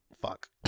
fuck